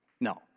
No